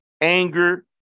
anger